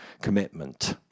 commitment